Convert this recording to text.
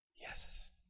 Yes